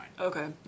Okay